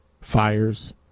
fires